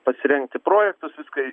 pasirengti projektus viską